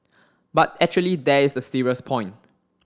but actually there is a serious point